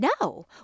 No